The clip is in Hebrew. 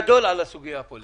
המשבר גדול על הסוגיה הפוליטית.